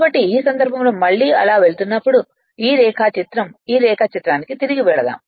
కాబట్టి ఈ సందర్భంలో మళ్ళీ అలా వెళుతున్నప్పుడు ఈ రేఖాచిత్రం ఈ రేఖాచిత్రానికి తిరిగి వెళ్దాం